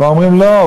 כבר אומרים: לא,